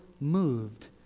moved